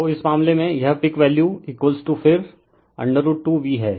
तो इस मामले में यह पीक वैल्यू फिर √2 V है